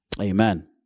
amen